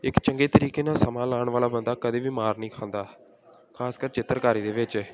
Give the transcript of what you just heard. ਇੱਕ ਚੰਗੇ ਤਰੀਕੇ ਨਾਲ ਸਮਾਂ ਲਾਉਣ ਵਾਲਾ ਬੰਦਾ ਕਦੇ ਵੀ ਮਾਰ ਨਹੀਂ ਖਾਂਦਾ ਖਾਸਕਰ ਚਿੱਤਰਕਾਰੀ ਦੇ ਵਿੱਚ